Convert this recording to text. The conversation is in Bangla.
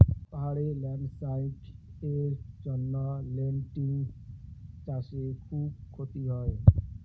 পাহাড়ে ল্যান্ডস্লাইডস্ এর জন্য লেনটিল্স চাষে খুব ক্ষতি হয়